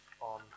on